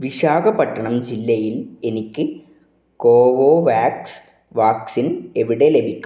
വിശാഖപട്ടണം ജില്ലയിൽ എനിക്ക് Covovax vaccine എവിടെ ലഭിക്കും